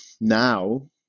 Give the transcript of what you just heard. now